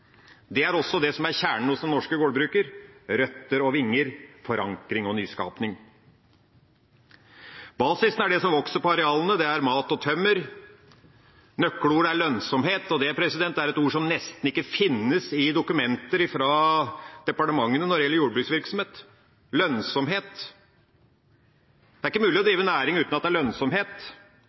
Det er også det som er kjernen hos den norske gårdbrukeren: røtter og vinger, forankring og nyskaping. Basisen er det som vokser på arealene. Det er mat og tømmer. Nøkkelordet er lønnsomhet, og det er et ord som nesten ikke finnes i dokumentene fra departementene når det gjelder jordbruksvirksomhet. Lønnsomhet – det er ikke mulig å drive næring uten at det er lønnsomhet.